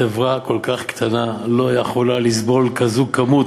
חברה כל כך קטנה לא יכולה לסבול כזאת כמות,